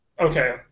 okay